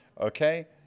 Okay